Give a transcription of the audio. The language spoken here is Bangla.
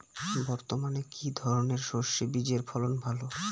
বর্তমানে কি ধরনের সরষে বীজের ফলন ভালো?